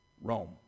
Rome